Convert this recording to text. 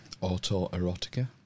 Auto-erotica